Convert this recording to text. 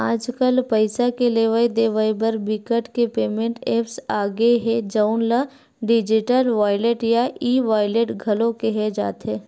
आजकल पइसा के लेवइ देवइ बर बिकट के पेमेंट ऐप्स आ गे हे जउन ल डिजिटल वॉलेट या ई वॉलेट घलो केहे जाथे